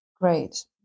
Great